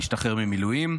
השתחרר ממילואים.